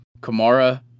Kamara